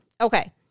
Okay